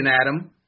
Adam